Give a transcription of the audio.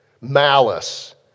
malice